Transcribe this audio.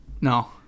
No